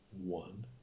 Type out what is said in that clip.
one